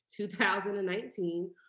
2019